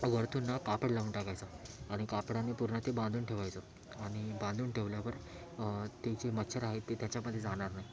वरून ना कापड लावून टाकायचं आणि कापडाने पूर्ण ते बांधून ठेवायचं आणि बांधून ठेवल्यावर ते जे मच्छर आहेत ते त्याच्यामध्ये जाणार नाहीत